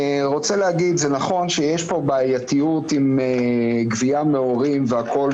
נכון שיש פה בעייתיות עם גבייה מהורים והכול,